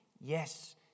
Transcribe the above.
yes